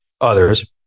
others